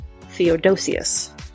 Theodosius